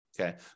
Okay